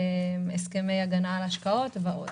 הסכמי הגנה על השקעות ועוד.